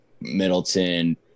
Middleton